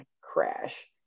crash